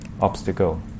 Obstacle